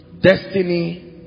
Destiny